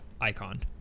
icon